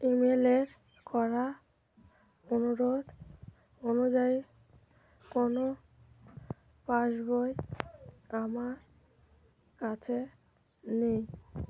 ইমেলের করা অনুরোধ অনুযায়ী কোনো পাসবই আমার কাছে নেই